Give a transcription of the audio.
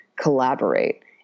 collaborate